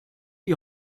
die